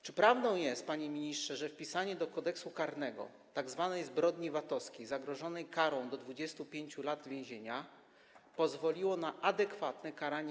Czy prawdą jest, panie ministrze, że wpisanie do Kodeksu karnego tzw. zbrodni VAT-owskiej zagrożonej karą do 25 lat więzienia pozwoliło na adekwatne karanie.